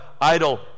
idle